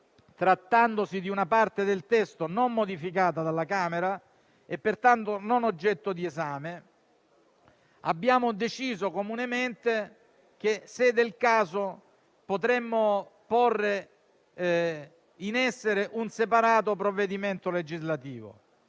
trattandosi di una parte del testo non modificata dalla Camera dei deputati e pertanto non oggetto di esame, abbiamo deciso comunemente che, se del caso, potremmo porre in essere un separato provvedimento legislativo.